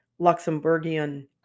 Luxembourgian